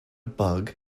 bug